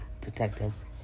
detectives